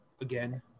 again